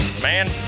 man